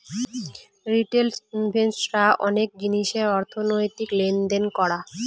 retail invest রা অনেক জিনিসের অর্থনৈতিক লেনদেন করা